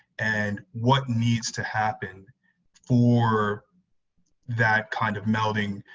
and what needs to happen for that kind of melding?